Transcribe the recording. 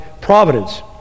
providence